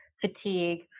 fatigue